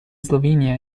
slovenia